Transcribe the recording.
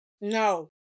No